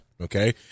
Okay